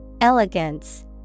Elegance